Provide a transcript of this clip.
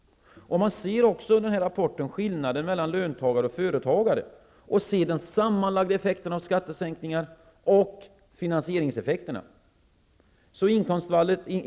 I rapporten ser man också skillnaden mellan löntagare och företagare. Man ser de sammanlagda effekterna av skattesänkningarna och finansieringseffekterna. 500 kr.